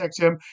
XM